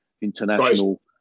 international